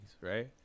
right